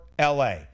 LA